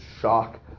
shock